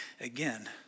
again